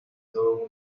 todo